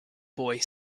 boy